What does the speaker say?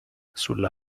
sulla